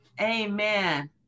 Amen